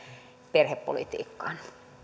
perhepolitiikkaan